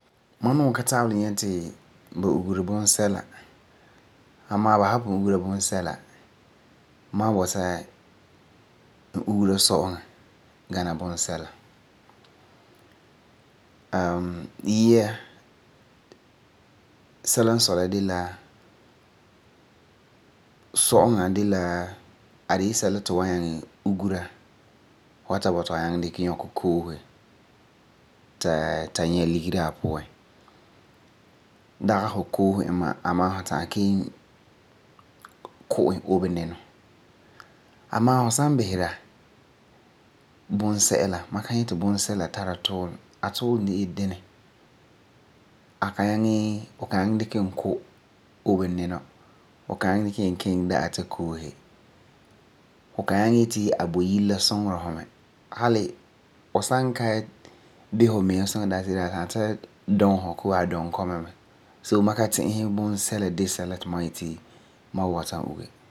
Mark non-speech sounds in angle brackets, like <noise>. Ma nuu ka tabele nyɛ ti ba ugeri bunsɛla amaa babsan pun uhera bunsɛla, ma wa bɔta n ugera sɔ'ɔŋa gana bunsɛla. <hesitation> yia, sɛla n sɔi la de la, sɔ'ɔŋa a de la sɛla ti fu wa nyaŋɛ ugera fu wa ta bɔta ti fu ukɛ koose ta nyɛ ligeri a puan. Dagi fu loose e ma'a amaa fu ta'am ken ku e obe ninɔ, amaa fu san bisera bunsɛla, ma ka nyɛ ti bunsɛla tari tuulum., a tuulum de la dini. Fu kan nyaŋɛ kube obe ninɔ, fu kan nyaŋɛ dikɛ e kiŋɛ da'a ta koose, fu ka nyaŋɛ yeti a boi yire la dugera fu mɛ. Hali fu san ka bisɛ fu miŋa suŋa daaseere a ta'am ta sum fu koo a sum kɔma mɛ. So, ma ka ti'isɛ bunsɛla de sɛla ti ma wa yeti ma wa bɔta n uge.